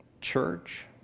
Church